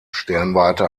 sternwarte